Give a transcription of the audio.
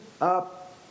up